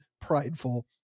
prideful